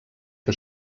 que